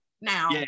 now